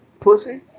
Pussy